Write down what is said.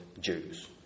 Jews